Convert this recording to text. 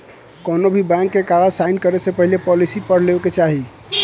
कौनोभी बैंक के कागज़ साइन करे से पहले पॉलिसी पढ़ लेवे के चाही